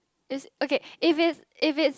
is okay if it's if it's